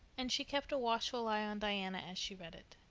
and she kept a watchful eye on diana as she read it.